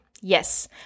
Yes